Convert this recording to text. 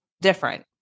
different